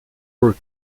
por